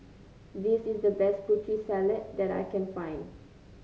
this is the best Putri Salad that I can find